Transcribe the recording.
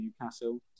Newcastle